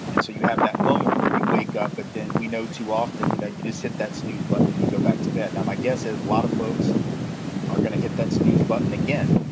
and so you have that moment where you wake up. but then we know too often, you know, you just hit that snooze button and you go back to bed. now, my guess is a lotta folks are gonna hit that snooze button again,